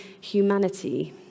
humanity